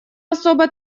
особо